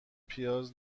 پیاز